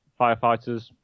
firefighters